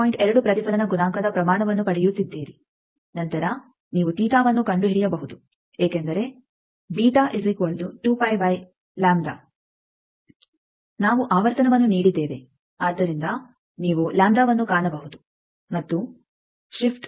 2 ಪ್ರತಿಫಲನ ಗುಣಾಂಕದ ಪ್ರಮಾಣವನ್ನು ಪಡೆಯುತ್ತಿದ್ದೀರಿ ನಂತರ ನೀವು ತೀಟವನ್ನು ಕಂಡುಹಿಡಿಯಬಹುದು ಏಕೆಂದರೆ ನಾವು ಆವರ್ತನವನ್ನು ನೀಡಿದ್ದೇವೆ ಅದರಿಂದ ನೀವು ಲ್ಯಾಂಬ್ದವನ್ನು ಕಾಣಬಹುದು ಮತ್ತು ಶಿಫ್ಟ್ 1